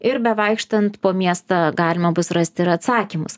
ir bevaikštant po miestą galima bus rasti ir atsakymus